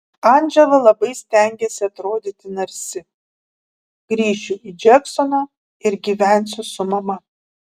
andžela labai stengiasi atrodyti narsi grįšiu į džeksoną ir gyvensiu su mama